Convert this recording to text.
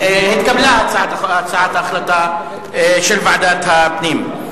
התקבלה הצעת ההחלטה של ועדת הפנים.